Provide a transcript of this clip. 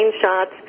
shots